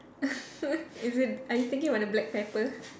is it are you thinking about the black pepper